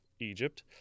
Egypt